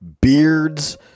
beards